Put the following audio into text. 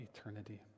eternity